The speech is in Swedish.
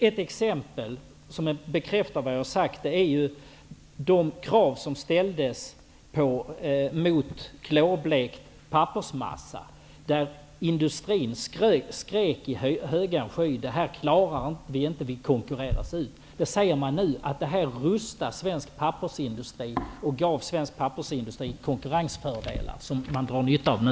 Ett exempel som bekräftar vad jag har sagt är ju de krav som ställdes mot klorblekt pappersmassa. Industrin skrek i högan sky: Det här klarar vi inte -- vi konkurreras ut! Men nu säger man att detta rustade svensk pappersindustri och gav den konkurrensfördelar som man drar nytta av nu.